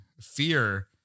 fear